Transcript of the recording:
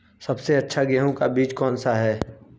सबसे अच्छा गेहूँ का बीज कौन सा है?